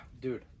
Dude